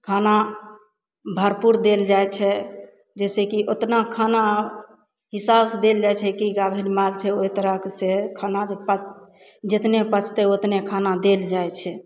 खाना भरपूर देल जाइ छै जइसेकि ओतना खाना हिसाबसे देल जाइ छै कि गाभिन माल छै ओहि तरहके से खाना जे पचि जतने खाना पचतै ओतने खाना देल जाइ छै